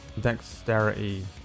dexterity